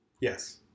Yes